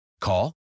Call